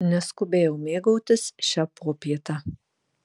neskubėjau mėgautis šia popiete